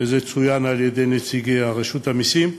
וזה צוין על-ידי נציגי רשות המסים: